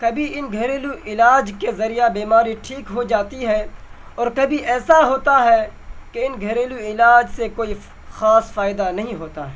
کبھی ان گھریلو علاج کے ذریعہ بیماری ٹھیک ہو جاتی ہے اور کبھی ایسا ہوتا ہے کہ ان گھریلو علاج سے کوئی خاص فائدہ نہیں ہوتا ہے